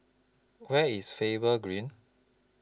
Where IS Faber Green